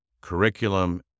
curriculum